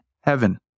heaven